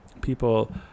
people